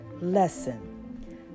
lesson